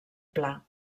pla